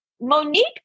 Monique